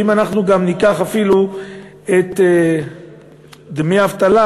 ואם אנחנו גם ניקח אפילו את דמי האבטלה,